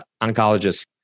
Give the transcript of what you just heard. oncologist